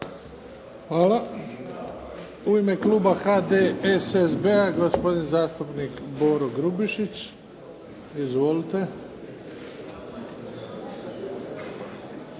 Hvala. U ime kluba HDSSB-a, gospodin zastupnik Boro Grubišić. Izvolite.